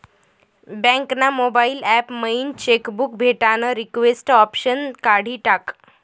bank ना mobile app मयीन cheque book भेटानं रिक्वेस्ट ऑप्शन काढी टाकं